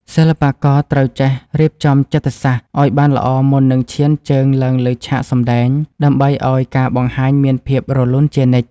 សិល្បករត្រូវចេះរៀបចំចិត្តសាស្ត្រឱ្យបានល្អមុននឹងឈានជើងឡើងលើឆាកសម្តែង ដើម្បីឱ្យការបង្ហាញមានភាពរលូនជានិច្ច។